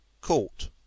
Court